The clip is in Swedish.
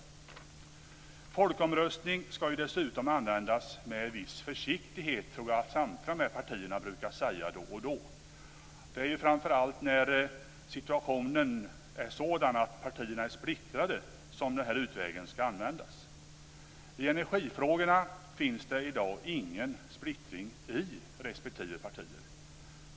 Att folkomröstningar ska användas med viss försiktighet, tror jag att samtliga dessa partier brukar säga då och då. Det är ju framför allt när situationen är sådan att partierna är splittrade som den här utvägen ska användas. I energifrågorna finns det i dag ingen splittring i respektive partier.